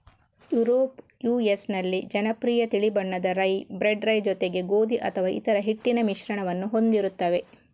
Europe US ನಲ್ಲಿ ಜನಪ್ರಿಯ ತಿಳಿ ಬಣ್ಣದ ರೈ, ಬ್ರೆಡ್ ರೈ ಜೊತೆಗೆ ಗೋಧಿ ಅಥವಾ ಇತರ ಹಿಟ್ಟಿನ ಮಿಶ್ರಣವನ್ನು ಹೊಂದಿರುತ್ತವೆ